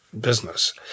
business